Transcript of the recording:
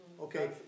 okay